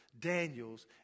Daniels